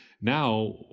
Now